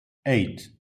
eight